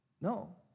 No